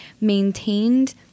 maintained